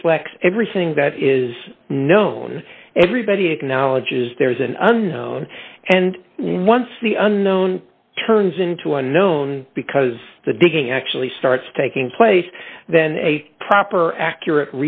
reflects everything that is known everybody acknowledges there is an unknown and once the unknown turns into an unknown because the digging actually starts taking place then a proper accurate